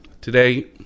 Today